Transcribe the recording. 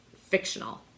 fictional